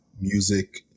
music